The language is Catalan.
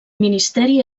ministeri